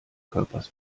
körpers